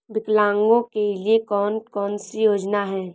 विकलांगों के लिए कौन कौनसी योजना है?